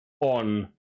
on